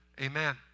Amen